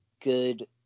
good